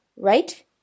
right